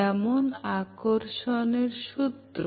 যেমন আকর্ষণের সূত্র